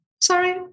Sorry